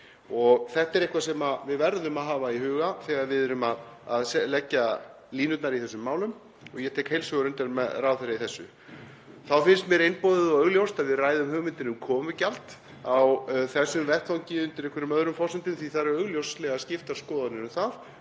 Þetta er eitthvað sem við verðum að hafa í huga þegar við erum að leggja línurnar í þessum málum og ég tek heils hugar undir með ráðherra í þessu. Þá finnst mér einboðið og augljóst að við ræðum hugmyndir um komugjald á þessum vettvangi undir einhverjum öðrum forsendum því að það eru augljóslega skiptar skoðanir um það,